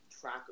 track